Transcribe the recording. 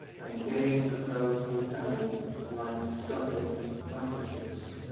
and gaze at those hotels like scuttled battleships.